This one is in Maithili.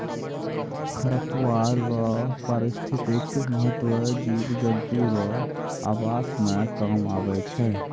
खरपतवार रो पारिस्थितिक महत्व जिव जन्तु रो आवास मे काम आबै छै